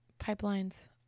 Pipelines